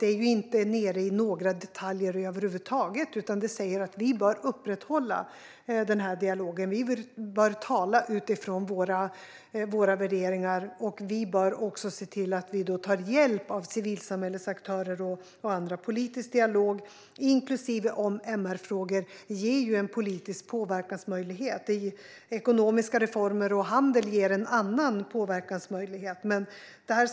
Det går inte ned på detaljnivå över huvud taget, utan det säger att vi bör upprätthålla dialogen och tala utifrån våra värderingar, och vi bör också se till att ta hjälp av civilsamhällets aktörer och andra. Politisk dialog, också om MR-frågor, ger ju en politisk påverkansmöjlighet. Ekonomiska reformer och handel ger en annan påverkansmöjlighet.